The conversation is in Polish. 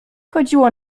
chodziło